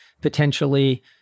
potentially